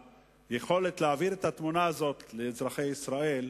היכולת להעביר את התמונה הזאת לאזרחי ישראל,